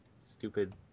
stupid